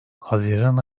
haziran